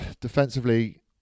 defensively